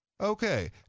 Okay